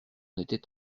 était